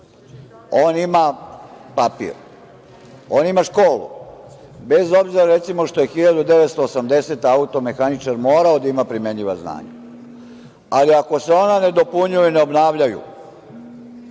On ima papir, on ima školu, bez obzira, recimo, što je 1980. godine automehaničar morao da ima primenjiva znanja, ali ako se ona ne dopunjuju i ne obnavljaju,